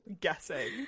Guessing